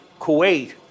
Kuwait